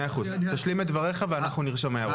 מאה אחוז, תשלים את דבריך ואנחנו נרשום הערות.